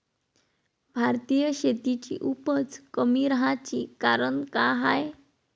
भारतीय शेतीची उपज कमी राहाची कारन का हाय?